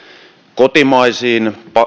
kotimaisiin